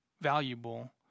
valuable